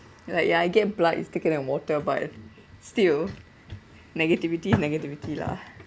like ya I get blood is thicker than water but still negativity's negativity lah